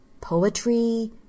poetry